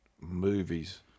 movies